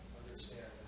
understand